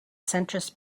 centrist